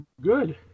Good